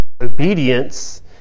obedience